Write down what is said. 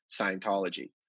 Scientology